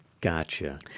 Gotcha